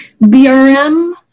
BRM